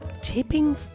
Tipping